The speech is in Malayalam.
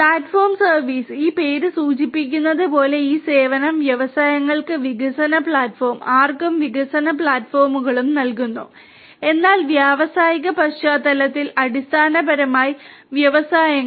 പ്ലാറ്റ്ഫോം സർവീസ് ഈ പേര് സൂചിപ്പിക്കുന്നത് പോലെ ഈ സേവനം വ്യവസായങ്ങൾക്ക് വികസന പ്ലാറ്റ്ഫോമുകളും ആർക്കും വികസന പ്ലാറ്റ്ഫോമുകളും നൽകുന്നു എന്നാൽ വ്യാവസായിക പശ്ചാത്തലത്തിൽ അടിസ്ഥാനപരമായി വ്യവസായങ്ങൾ